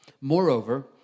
Moreover